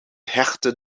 hechtte